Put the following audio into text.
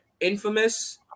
infamous